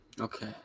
Okay